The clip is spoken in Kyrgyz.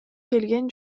келген